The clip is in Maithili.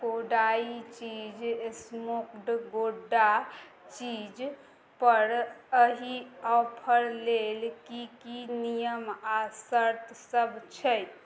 कोडाइ चीज स्मोक्ड गौडा चीजपर अही ऑफर लेल कि कि नियम आओर शर्त सब छै